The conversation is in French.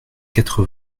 quatre